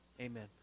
Amen